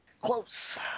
Close